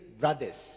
brothers